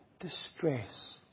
distress